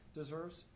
deserves